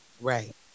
Right